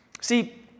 See